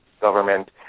government